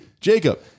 Jacob